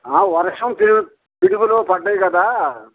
వర్షం పిడుగులు పడ్డాయి కదా